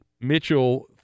Mitchell